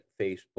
Facebook